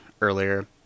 earlier